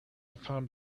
found